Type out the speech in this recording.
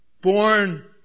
born